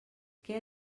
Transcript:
què